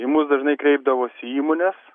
į mus dažnai kreipdavosi įmonės